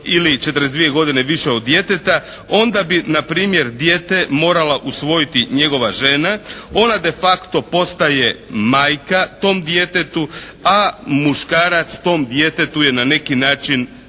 ili 42 godine više od djeteta onda bi npr. dijete morala usvojiti njegova žena. Ona de facto postaje majka tom djetetu, a muškarac tom djetetu je na neki način